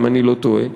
אם אני לא טועה,